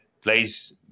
place